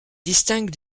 distingue